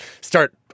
start